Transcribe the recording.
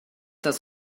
das